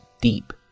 deep